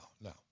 no